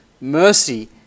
mercy